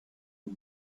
you